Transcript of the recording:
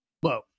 Whoa